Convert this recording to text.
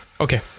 Okay